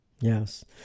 Yes